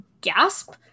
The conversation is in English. gasp